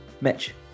Mitch